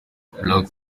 black